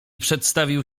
przedstawił